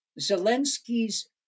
Zelensky's